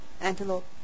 antelope